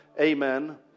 amen